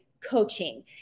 Coaching